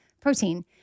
Protein